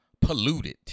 polluted